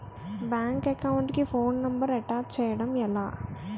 Bank account కి phone number attach చేయడం ఎలా?